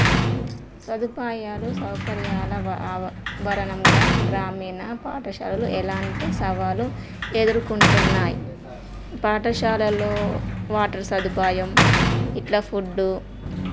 సదుపాయాలు సౌకర్యాల వ భరణంగా గ్రామీణ పాఠశాలలు ఎలాంటి సవాలు ఎదుర్కుంటున్నాయి పాఠశాలలో వాటర్ సదుపాయం ఇట్లా ఫుడ్డు